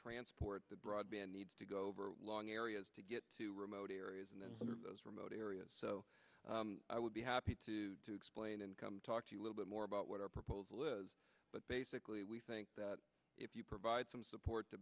transport the broadband needs to go over long areas to get to remote areas and then those remote areas so i would be happy to explain and come talk to you a little bit more about what our proposal is but basically we think that if you provide some support to